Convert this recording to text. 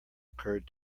occurred